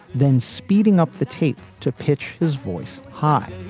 then speeding up the tape to pitch his voice high.